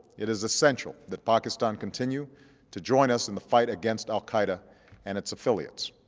it is essential that pakistan continue to join us in the fight against al qaeda and its affiliates.